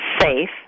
safe